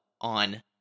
on